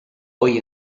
hoy